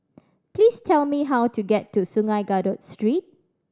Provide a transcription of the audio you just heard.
please tell me how to get to Sungei Kadut Street